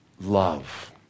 love